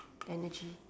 energy